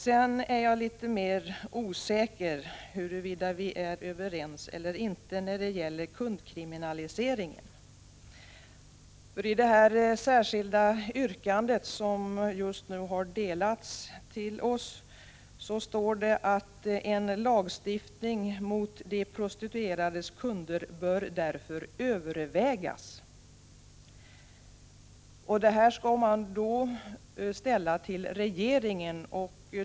Jag är litet mer osäker huruvida vi är överens eller inte när det gäller kundkriminaliseringen. I det särskilda yrkande som just nu har delats ut till oss står det: ”En lagstiftning mot de prostituerades kunder bör därför övervägas.” Denna uppmaning skall riktas till regeringen.